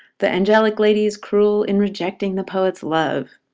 the angelic lady is cruel in rejecting the poet's love.